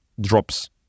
drops